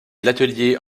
l’atelier